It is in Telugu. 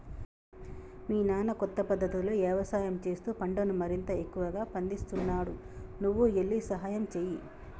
మీ నాన్న కొత్త పద్ధతులతో యవసాయం చేస్తూ పంటను మరింత ఎక్కువగా పందిస్తున్నాడు నువ్వు కూడా ఎల్లి సహాయంచేయి